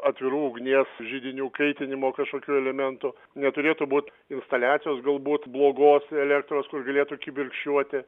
atvirų ugnies židinių kaitinimo kažkokių elementų neturėtų būt instaliacijos galbūt blogos elektros kur galėtų kibirkščiuoti